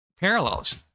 Parallels